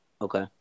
Okay